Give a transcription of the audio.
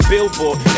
Billboard